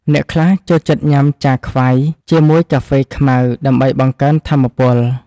អ្នកខ្លះចូលចិត្តញ៉ាំចាខ្វែ ជាមួយកាហ្វេខ្មៅដើម្បីបង្កើនថាមពល។